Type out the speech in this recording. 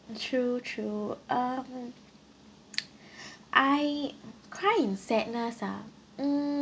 true true um I cry in sadness mm